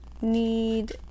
need